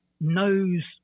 knows